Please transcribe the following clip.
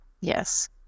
yes